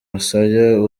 musaya